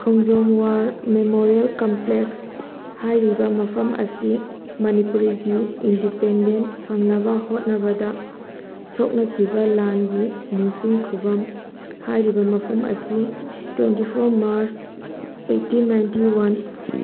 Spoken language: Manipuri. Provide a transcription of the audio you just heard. ꯈꯣꯡꯖꯣꯝ ꯋꯥꯔ ꯃꯦꯃꯣꯔꯤꯑꯦꯜ ꯀꯝꯄ꯭ꯂꯦꯛꯁ ꯍꯥꯏꯔꯤꯕ ꯃꯐꯝ ꯑꯁꯤ ꯃꯅꯤꯄꯨꯔꯤꯒꯤ ꯏꯟꯗꯤꯄꯦꯟꯗꯦꯟ ꯐꯪꯅꯕ ꯍꯣꯠꯅꯕꯗ ꯁꯣꯛꯅꯈꯤꯕ ꯂꯥꯅꯒꯤ ꯅꯤꯡꯁꯤꯡ ꯈꯨꯕꯝ ꯍꯥꯏꯔꯤꯕ ꯃꯐꯝ ꯑꯁꯤ twenty four March eighteen ninety one